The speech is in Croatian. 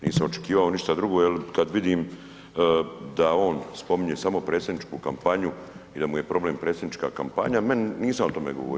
Nisam očekivao ništa drugo jer kada vidim da on spominje samo predsjedničku kampanju i da mu je problem predsjednička kampanja, nisam o tome govorio.